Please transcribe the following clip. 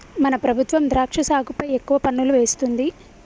మన ప్రభుత్వం ద్రాక్ష సాగుపై ఎక్కువ పన్నులు వేస్తుంది